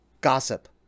gossip